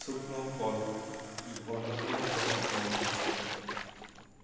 শুকনো ফল কি অন্য কোনো ব্র্যান্ডে পাওয়া যাচ্ছে